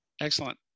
Excellent